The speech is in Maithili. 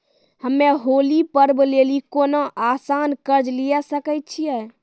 हम्मय होली पर्व लेली कोनो आसान कर्ज लिये सकय छियै?